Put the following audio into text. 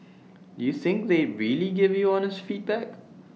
do you think they'd really give you honest feedback